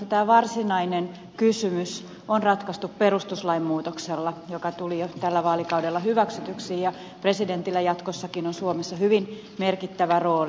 tämä varsinainen kysymys on ratkaistu perustuslain muutoksella joka tuli jo tällä vaalikaudella hyväksytyksi ja presidentillä on jatkossakin suomessa hyvin merkittävä rooli